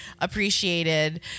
appreciated